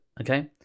okay